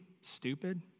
stupid